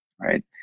right